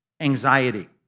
anxiety